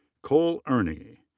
cole erny.